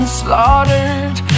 slaughtered